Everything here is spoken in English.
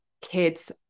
kids